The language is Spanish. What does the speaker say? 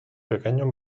pequeños